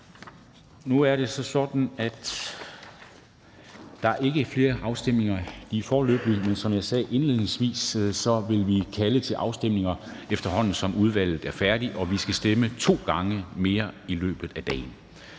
Nu er det så sådan, at der ikke er flere afstemninger lige foreløbig, men som jeg sagde indledningsvis, vil vi kalde til afstemninger, efterhånden som udvalget er færdigt, og vi skal stemme to gange mere i løbet af dagen.